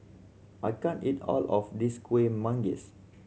I can't eat all of this Kueh Manggis